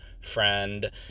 friend